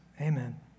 amen